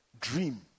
dream